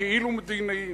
הכאילו-מדיניים.